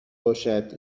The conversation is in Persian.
باشد